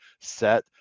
set